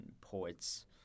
poets